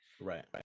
Right